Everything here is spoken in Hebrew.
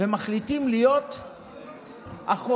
ומחליטים להיות אחות